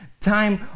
time